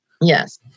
Yes